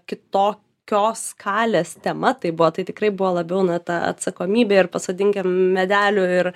kitokios skalės tema tai buvo tai tikrai buvo labiau na ta atsakomybė ir pasodinkim medelių ir